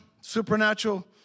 supernatural